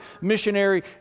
missionary